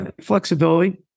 flexibility